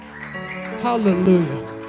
Hallelujah